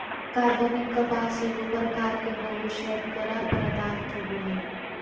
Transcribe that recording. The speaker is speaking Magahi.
कार्बनिक कपास एगो प्रकार के बहुशर्करा पदार्थ होबो हइ